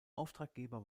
auftraggeber